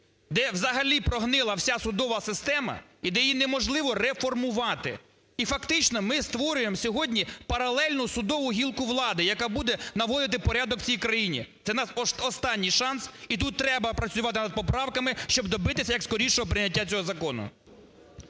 де взагалі прогнила вся судова система і де її неможливо реформувати. І фактично ми створюємо сьогодні паралельно судову гілку влади, яка буде наводити порядок в цій країні. Це наш останній шанс і тут треба працювати над поправками, щоб добитися як скорішого прийняття цього закону.